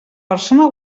persona